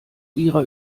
ihrer